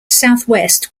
southwest